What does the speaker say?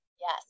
Yes